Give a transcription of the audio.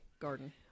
garden